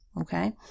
Okay